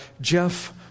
Jeff